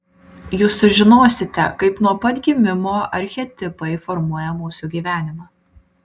jūs sužinosite kaip nuo pat gimimo archetipai formuoja mūsų gyvenimą